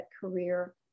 career